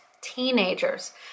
teenagers